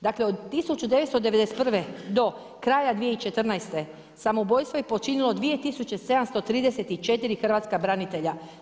Dakle, od 1991. do kraja 2014. samoubojstvo je počinilo 2734 hrvatska branitelja.